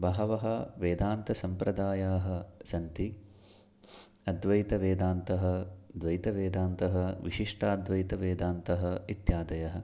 बहवः वेदान्तसम्प्रदायाः सन्ति अद्वैतवेदान्तः द्वैतवेदान्तः विशिष्टाद्वैतवेदान्तः इत्यादयः